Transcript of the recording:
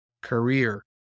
career